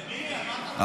מי, על מה אתה מדבר?